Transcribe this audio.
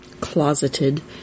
closeted